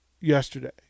yesterday